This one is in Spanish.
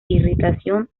irritación